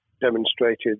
demonstrated